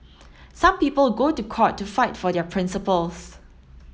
some people go to court to fight for their principles